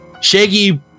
Shaggy